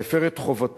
והפר את חובתו,